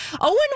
Owen